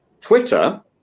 Twitter